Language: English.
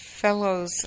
Fellows